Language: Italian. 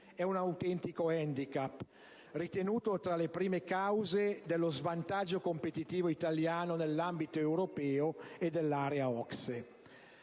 Un autentico handicap, ritenuto tra le prime cause dello svantaggio competitivo italiano nell'ambito europeo e dell'area OCSE.